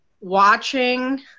watching